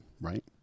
right